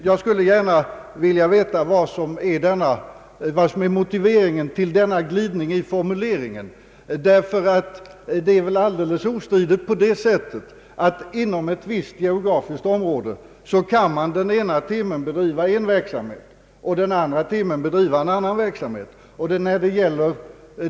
Jag skulle gärna vilja veta vad som är motiveringen till denna glidning i formuleringen, ty det är väl ostridigt på det sättet att det inom ett visst geografiskt område den ena timmen kan det bedrivas en verksamhet och den andra timmen en annan verksamhet.